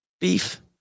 beef